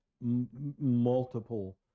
multiple